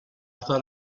thought